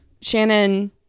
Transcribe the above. shannon